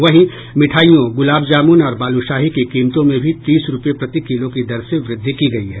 वहीं मिठाईयों गुलाब जामुन और बालूशाही की कीमतों में भी तीस रूपये प्रतिकिलो की दर से वृद्धि की गयी है